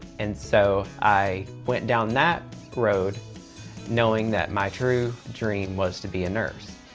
and so i went down that road knowing that my true dream was to be a nurse.